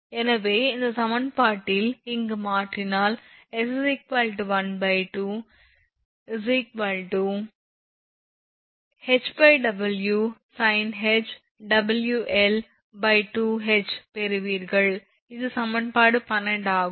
எனவே இந்த சமன்பாட்டில் இங்கு மாற்றினால் s l2 HW sinh WL2H பெறுவீர்கள் இது சமன்பாடு 12 ஆகும்